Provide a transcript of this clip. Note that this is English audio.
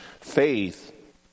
Faith